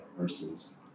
versus